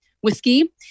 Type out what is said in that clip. whiskey